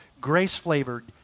grace-flavored